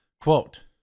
quote